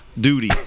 Duty